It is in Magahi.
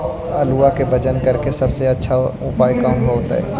आलुआ के वजन करेके सबसे अच्छा उपाय कौन होतई?